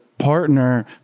partner